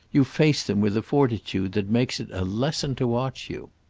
you face them with a fortitude that makes it a lesson to watch you.